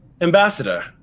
ambassador